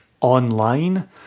Online